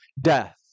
death